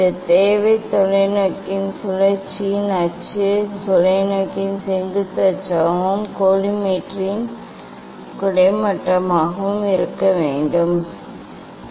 இந்தத் தேவை தொலைநோக்கியின் சுழற்சியின் அச்சு தொலைநோக்கியின் செங்குத்து அச்சாகவும் கோலிமேட்டரின் கிடைமட்டமாகவும் இருக்க வேண்டும் என்று சொன்னேன்